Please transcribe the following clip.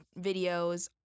videos